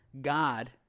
God